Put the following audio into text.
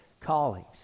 callings